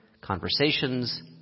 conversations